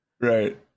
Right